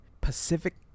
Pacific